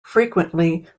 frequently